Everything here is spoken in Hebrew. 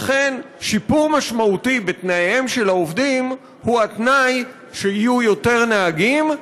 לכן שיפור משמעותי בתנאיהם של העובדים הוא התנאי שיהיו יותר נהגים,